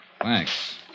Thanks